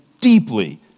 deeply